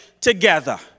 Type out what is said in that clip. together